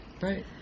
Right